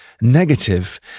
negative